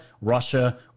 Russia